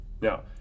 Now